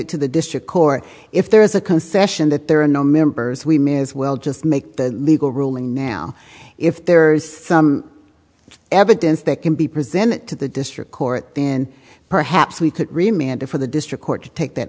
it to the district court if there is a concession that there are no members we may as well just make the legal ruling now if there's some evidence that can be presented to the district court in perhaps we could remain and for the district court to take that